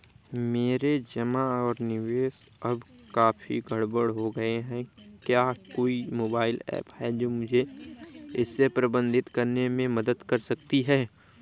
मेरे जमा और निवेश अब काफी गड़बड़ हो गए हैं क्या कोई मोबाइल ऐप है जो मुझे इसे प्रबंधित करने में मदद कर सकती है?